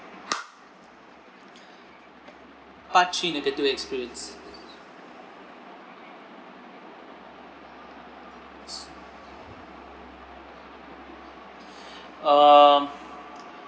part three negative experience um